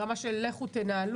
ברמה של לכו תנהלו,